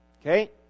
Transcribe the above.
Okay